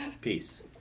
Peace